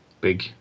big